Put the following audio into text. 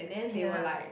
ya